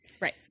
Right